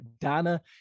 Donna